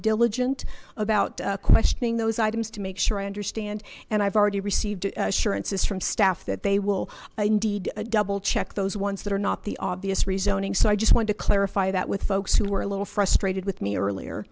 diligent about questioning those items to make sure i understand and i've already received assurances from staff that they will indeed double check those ones that are not the obvious reasoning so i just wanted to clarify that with folks who were a little frustrated with me earlier